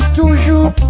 toujours